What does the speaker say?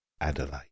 Adelaide